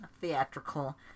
theatrical